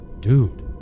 Dude